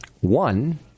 One